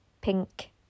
pink